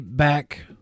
back